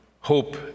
hope